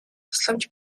тусламж